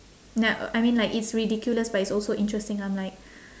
no I mean like it's ridiculous but it's also interesting I'm like